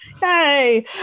Hey